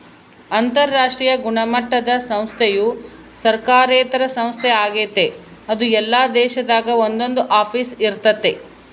ಅಂತರಾಷ್ಟ್ರೀಯ ಗುಣಮಟ್ಟುದ ಸಂಸ್ಥೆಯು ಸರ್ಕಾರೇತರ ಸಂಸ್ಥೆ ಆಗೆತೆ ಅದು ಎಲ್ಲಾ ದೇಶದಾಗ ಒಂದೊಂದು ಆಫೀಸ್ ಇರ್ತತೆ